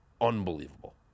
unbelievable